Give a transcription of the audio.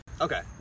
Okay